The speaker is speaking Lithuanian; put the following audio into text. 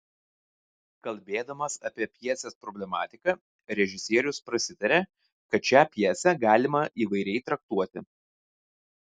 kalbėdamas apie pjesės problematiką režisierius prasitaria kad šią pjesę galima įvairiai traktuoti